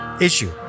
issue